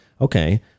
Okay